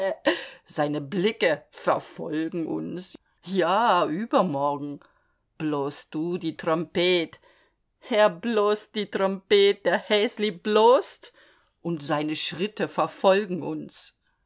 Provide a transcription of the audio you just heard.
seine blicke verfolgen uns ja übermorgen blos du die trompet er blost die trompet der häsli blost und seine schritte verfolgen uns